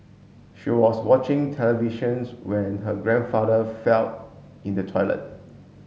she was watching televisions when her grandfather fell in the toilet